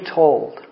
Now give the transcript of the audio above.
told